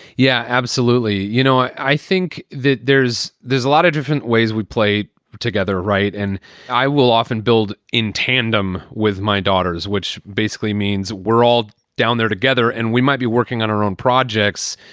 yeah, absolutely. you know, i think that there's there's a lot of different ways we play together. right. and i will often build in tandem with my daughters, which basically means we're all down there together and we might be working on our own projects.